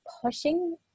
pushing